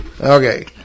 Okay